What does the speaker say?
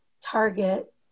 target